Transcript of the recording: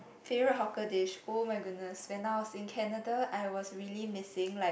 favourite hawker dish oh my goodness when I was in Canada I was really missing like